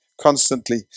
constantly